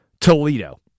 Toledo